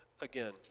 again